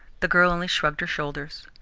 the girl only shrugged her shoulders.